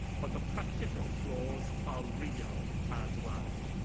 but the practical flaws are real as well.